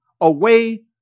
away